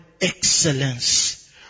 excellence